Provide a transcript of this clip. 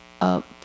up